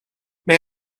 may